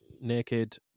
naked